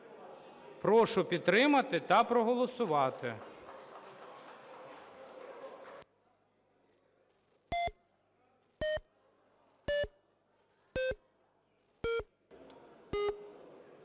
Прошу підтримати та проголосувати.